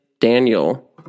Daniel